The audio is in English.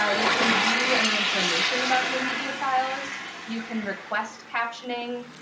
ah you can view any information about your media files. you can request captioning,